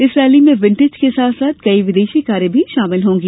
इस रैली में विण्टेज के साथ साथ कई विदेशी कारें भी शामिल होंगी